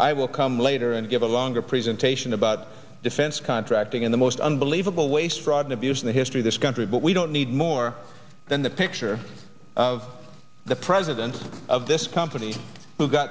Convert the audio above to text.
i will come later and give a longer presentation about defense contracting in the most unbelievable waste fraud and abuse in the history this country but we don't need more than the picture of the president of this company who got